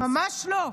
ממש לא.